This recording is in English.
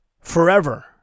Forever